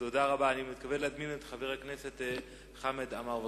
אני מתכבד להזמין את חבר הכנסת חמד עמאר.